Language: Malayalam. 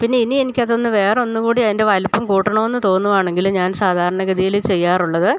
പിന്നെ ഇനി എനിക്ക് അതൊന്ന് വേറൊന്ന് കൂടി അതിന്റെ വലുപ്പം കൂട്ടണം എന്ന് തോന്നുവാണെങ്കിൽ ഞാൻ സാധാരണ ഗതിയിൽ ചെയ്യാറുള്ളത്